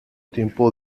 tiempo